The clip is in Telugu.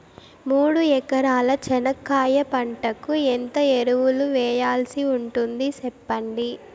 మూడు ఎకరాల చెనక్కాయ పంటకు ఎంత ఎరువులు వేయాల్సి ఉంటుంది సెప్పండి?